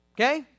okay